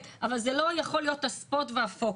אבל זה לא יכול להיות הספוט והפוקוס.